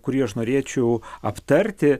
kurį aš norėčiau aptarti